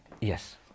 Yes